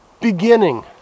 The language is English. beginning